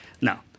Now